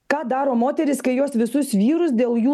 ką daro moterys kai jos visus vyrus dėl jų